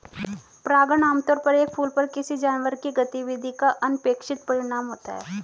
परागण आमतौर पर एक फूल पर किसी जानवर की गतिविधि का अनपेक्षित परिणाम होता है